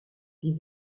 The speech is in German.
die